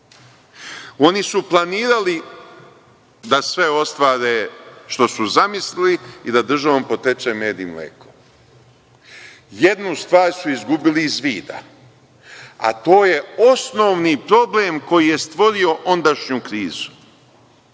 Oni su planirali da sve ostvare što su zamislili i da državom poteče med i mleko. Jednu stvar su izgubili iz vida, a to je osnovni problem koji je stvorio ondašnju krizu,